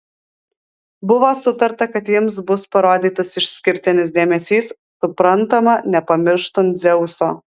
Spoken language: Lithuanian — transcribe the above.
buvo sutarta kad jiems bus parodytas išskirtinis dėmesys suprantama nepamirštant dzeuso